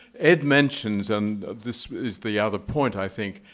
ed mentions, and this is the other point, i think,